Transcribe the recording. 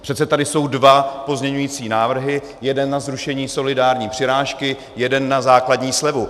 Přece tady jsou dva pozměňující návrhy, jeden na zrušení solidární přirážky, jeden na základní slevu.